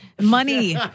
money